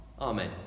Amen